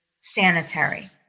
sanitary